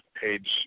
page